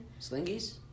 Slingies